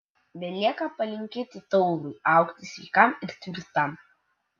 belieka palinkėti taurui augti sveikam ir tvirtam